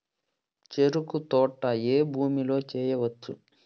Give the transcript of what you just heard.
చెరుకు తోట ఏ భూమిలో వేయవచ్చు?